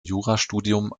jurastudium